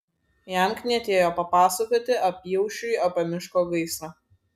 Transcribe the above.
jam knietėjo papasakoti apyaušriui apie miško gaisrą